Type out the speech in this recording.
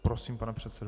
Prosím, pane předsedo.